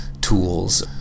tools